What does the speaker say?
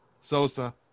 Sosa